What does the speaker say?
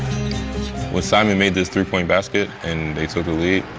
when simon made this three-point basket and they took the lead,